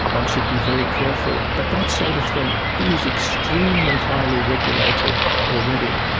one should be very careful, but that sort of thing is extremely highly regulated already.